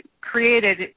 created